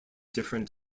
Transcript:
different